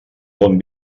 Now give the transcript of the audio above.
bon